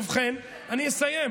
ובכן, אני אסיים.